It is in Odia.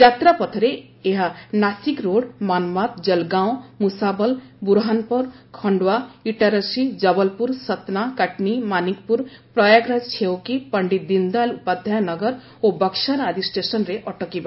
ଯାତ୍ରା ପଥରେ ଏହା ନାସିକ୍ରୋଡ୍ ମାନ୍ମାଦ ଜଳଗାଓଁ ମୁଷାବଲ ବୁରହାନ୍ପୁର ଖଣ୍ଡୱା ଇଟାରସି ଜବଲପୁର ସତନା କଟନୀ ମାନିକପୁର ପ୍ରୟାଗରାଜ ଛେଓକି ପଣ୍ଡିତ ଦିନ୍ଦୟାଲ୍ ଉପାଧ୍ୟାୟ ନଗର ଓ ବକ୍କାର ଆଦି ଷ୍ଟେସନ୍ରେ ଅଟକିବ